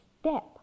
step